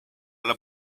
alla